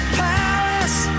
palace